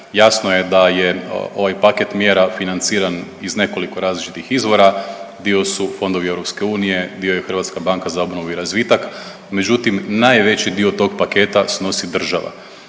Jasno je da je ovaj paket mjera financiran iz nekoliko različitih izvora, dio su fondovi EU, dio je Hrvatska banka za obnovu i razvitak. Međutim, najveći dio tog paketa snosi država.